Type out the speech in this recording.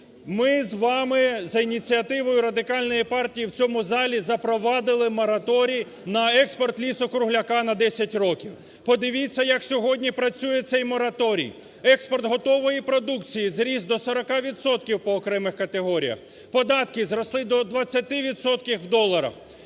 Ми з вами за ініціативою Радикальної партії в цьому залі запровадили мораторій на експорт лісу-кругляка на 10 років. Подивіться, як сьогодні працює цей мораторій: експорт готової продукції зріс до 40 відсотків по окремих категоріях, податки зросли до 20 відсотків